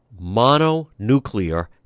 mononuclear